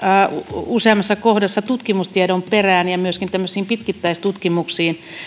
useammassa kohdassa tutkimustiedon perään ja myöskin tämmöisten pitkittäistutkimusten perään